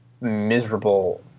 miserable